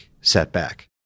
setback